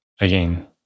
again